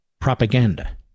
propaganda